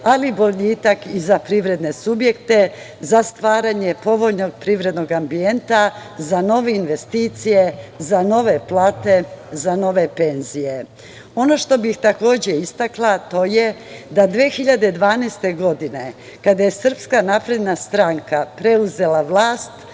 ali boljitak i za privredne subjekte, za stvaranje povoljnog privrednog ambijenta, za nove investicije, za nove plate, za nove penzije. Ono što bih takođe istakla, to je da 2012. godine, kada je Srpska napredna stranka preuzela vlast